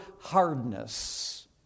hardness